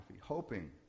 hoping